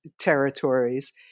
territories